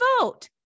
vote